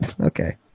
Okay